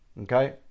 okay